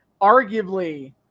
arguably